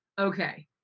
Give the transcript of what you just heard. Okay